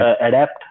adapt